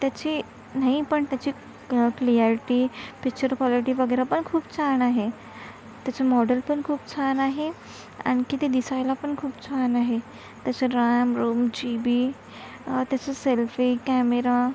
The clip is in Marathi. त्याची नाही पण त्याची क क्लियारीटी पिच्चर क्वालिटी वगैरे पण खूप छान आहे त्याचं मॉडेल पण खूप छान आहे आणखी ते दिसायला पण खूप छान आहे त्याचं रॅम रोम जी बी त्याचं सेल्फी कॅमेरा